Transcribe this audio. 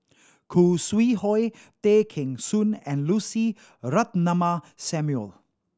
Khoo Sui Hoe Tay Kheng Soon and Lucy Ratnammah Samuel